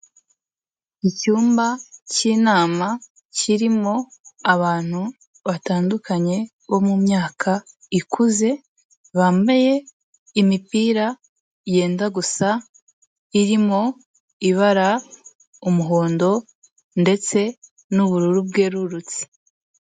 Icyumba cy'inama kirimo abantu batandukanye bo mu myaka ikuze, bambaye imipira yenda gusa, irimo ibara umuhondo ndetse n'ubururu bwerurutse.